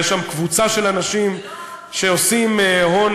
יש שם קבוצה של אנשים שעושים הון,